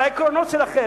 על העקרונות שלכם,